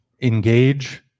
engage